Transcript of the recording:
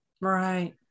right